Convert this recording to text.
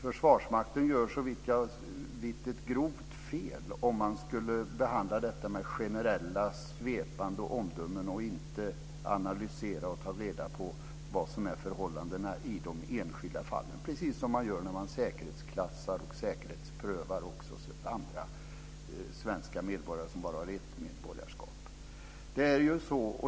Försvarsmakten gör, såvitt jag vet, ett grovt fel om man behandlar detta med generella, svepande omdömen och inte analyserar och tar reda på vilka förhållandena är i de enskilda fallen, precis som man gör när man säkerhetsklassar och säkerhetsprövar också andra svenska medborgare som bara har ett medborgarskap. Det är så.